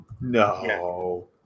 No